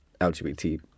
lgbt